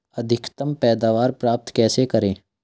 अधिकतम पैदावार प्राप्त कैसे करें?